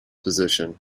position